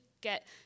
get